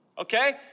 Okay